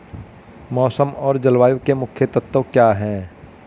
मौसम और जलवायु के मुख्य तत्व क्या हैं?